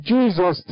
Jesus